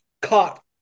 caught